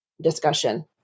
discussion